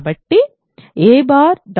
కాబట్టి a